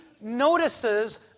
notices